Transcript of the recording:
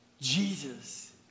Jesus